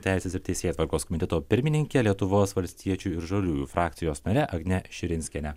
teisės ir teisėtvarkos komiteto pirmininke lietuvos valstiečių ir žaliųjų frakcijos nare agne širinskiene